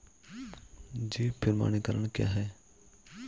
बीज प्रमाणीकरण क्या है?